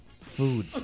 food